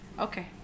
Okay